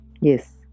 Yes